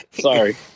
Sorry